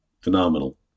phenomenal